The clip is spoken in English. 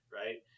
right